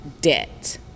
debt